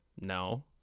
No